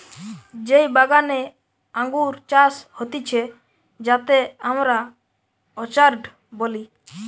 যেই বাগানে আঙ্গুর চাষ হতিছে যাতে আমরা অর্চার্ড বলি